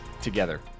together